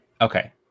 Okay